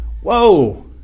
Whoa